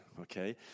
okay